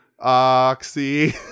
oxy